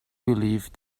believed